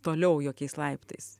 toliau jokiais laiptais